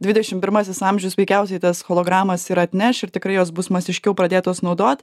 dvidešim pirmasis amžius veikiausiai tas hologramas ir atneš ir tikrai jos bus masiškiau pradėtos naudot